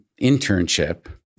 internship